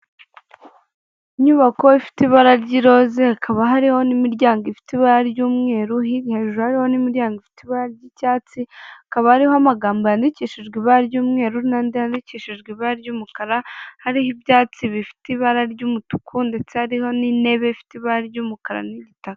Inyubako ifite ibara ry'iroze hakaba hariho n'imiryango ifite ibara ry'umweru, hirya hejuru hariho n'imiryango iifte iba ry'icyatsi hakaba hariho amagambo yandikishijwe ibara ry'umweru n'andi yandikishijwe ibara ry'umukara. Hariho ibyatsi bifite ibara ry'umutuku ndetse hariho n'intebe ifite ibara ry'umukara n'igitaka.